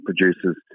producers